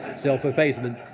self effacement.